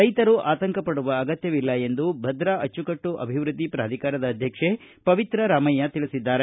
ರೈತರು ಆತಂಕಪಡುವ ಅಗತ್ಯವಿಲ್ಲ ಎಂದು ಭದ್ರಾ ಅಚ್ಚುಕಟ್ನು ಅಭಿವೃದ್ದಿ ಪಾಧಿಕಾರದ ಅಧ್ಯಕ್ಷೆ ಪವಿತ್ರಾ ರಾಮಯ್ಯ ತಿಳಿಸಿದ್ದಾರೆ